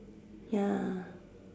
ya